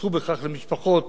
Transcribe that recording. ייחסכו בכך למשפחות